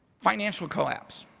financial collapse,